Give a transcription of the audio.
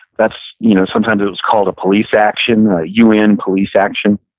that's, you know sometimes it was called a police action, a un police action.